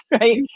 right